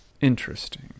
Interesting